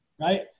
right